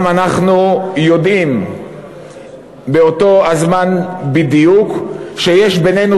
אנחנו גם יודעים באותו הזמן בדיוק שיש בינינו